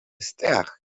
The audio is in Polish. strach